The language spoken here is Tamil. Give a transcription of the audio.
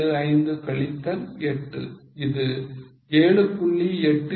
875 கழித்தல் 8 இது 7